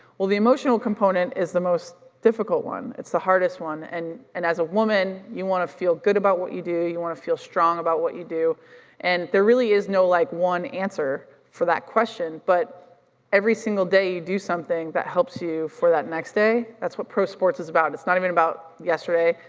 well, the emotional component is the most difficult one, it's the hardest one and and as a woman, you wanna feel good about what you do, you wanna feel strong about what you do and there is no like one answer for that question but every single you do something that helps you for that next day, that's what pro-sports is about, it's not even about yesterday,